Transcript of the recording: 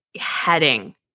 heading